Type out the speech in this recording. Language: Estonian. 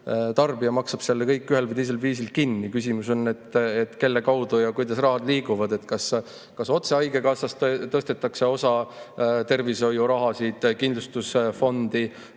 tarbija maksab selle kõik ühel või teisel viisil kinni. Küsimus on selles, kelle kaudu ja kuidas rahad liiguvad – kas otse haigekassast tõstetakse osa tervishoiuraha kindlustusfondi,